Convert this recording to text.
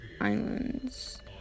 Islands